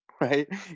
Right